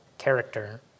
character